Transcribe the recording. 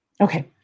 Okay